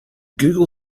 google